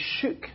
shook